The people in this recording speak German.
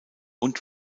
und